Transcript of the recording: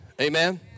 Amen